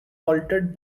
altered